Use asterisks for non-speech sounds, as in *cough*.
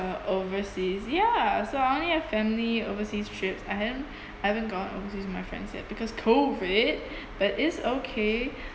overseas ya so I only have family overseas trips I haven't *breath* I haven't gone overseas with my friends yet because COVID but it's okay *breath*